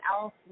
else